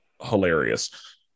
hilarious